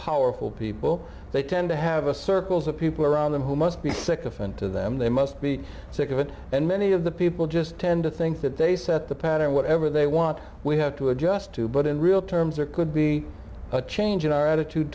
powerful people they tend to have a circles of people around them who must be second to them they must be sick of it and many of the people just tend to think that they set the pattern whatever they want we have to adjust to but in real terms there could be a change in our attitude